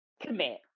commit